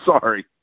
sorry